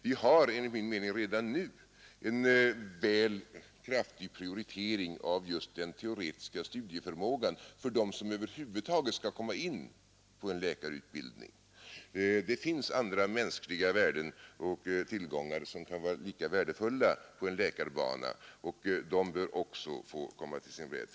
Vi har enligt min mening redan nu en väl kraftig prioritering av den teoretiska studieförmågan hos dem som över huvud taget skall komma in på en läkarutbildning, men det finns även andra mänskliga värden och tillgångar som kan vara lika värdefulla på en läkarbana, och de bör också få komma till sin rätt.